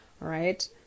right